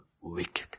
wicked